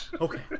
Okay